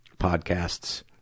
podcasts